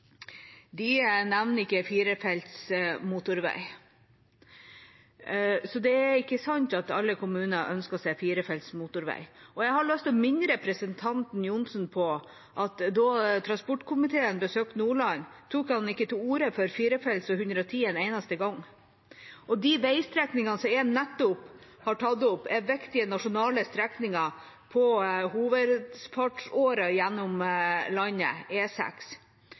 De nevner ikke firefelts motorvei. Så det er ikke sant at alle kommuner ønsker seg firefelts motorvei. Jeg har lyst til å minne representanten Johnsen på at da transportkomiteen besøkte Nordland, tok han ikke til orde for firefelts og 110 km/t en eneste gang. De veistrekningene som jeg nettopp har tatt opp, er viktige nasjonale strekninger på hovedfartsåra gjennom landet,